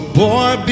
boy